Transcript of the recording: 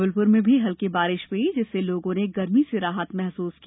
जबलपुर में भी हल्की बारिश हुई जिससे लोगों ने गर्मी से राहत महसूस की